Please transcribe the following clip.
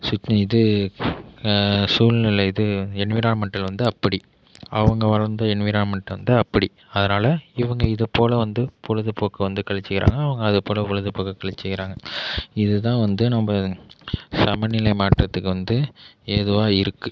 இது சூழ்நிலை இது என்விரான்மென்டல் வந்து அப்படி அவங்க வளர்ந்த என்விரான்மென்டல் வந்து அப்படி அதனால் இவங்க இது போல் வந்து பொழுதுபோக்கை வந்து கழிச்சுக்கிறாங்க அவங்க அதே போல் பொழுதுபோக்கை கழிச்சுக்கிறாங்க இதுதான் வந்து நம்ம சமநிலை மாற்றத்துக்கு வந்து ஏதுவாக இருக்குது